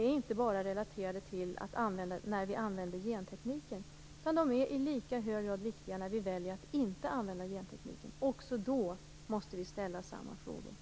inte bara är relaterade till att vi använder gentekniken, utan de är i lika hög grad viktiga när vi väljer att inte använda gentekniken. Också då måste vi ställa samma frågor.